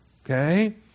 Okay